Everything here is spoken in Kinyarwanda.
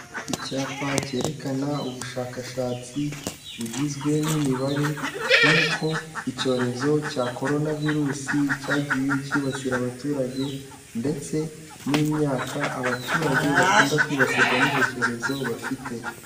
Icyapa cyerekana ubushakashatsi bugizwe n'imibare y'uko icyorezo cya coronavirus cyagiye cyibasira abaturage ndetse n'imyaka abaturage bakunda kwibasirwa n'icyo cyorezo bafite.